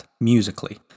musically